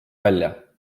välja